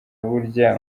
burya